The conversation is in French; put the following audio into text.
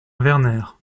werner